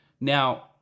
Now